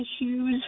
issues